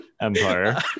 empire